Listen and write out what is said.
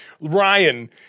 Ryan